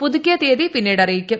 പുതുക്കിയ തീയതി പിന്നീട് അറിയിക്കും